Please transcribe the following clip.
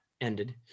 ended